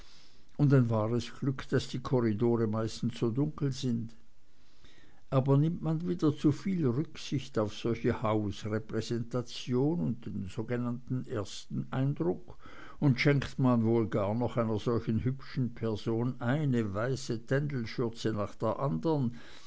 und ein wahres glück daß die korridore meistens so dunkel sind aber nimmt man wieder zu viel rücksicht auf solche hausrepräsentation und den sogenannten ersten eindruck und schenkt man wohl gar noch einer solchen hübschen person eine weiße tändelschürze nach der andern